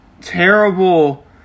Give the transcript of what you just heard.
Terrible